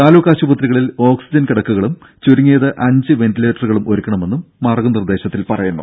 താലൂക്ക് ആശുപത്രികളിൽ ഓക്സിജൻ കിടക്കകളും ചുരുങ്ങിയത് അഞ്ച് വെന്റിലേറ്ററുകളും ഒരുക്കണമെന്നും മാർഗ നിർദേശത്തിൽ പറയുന്നു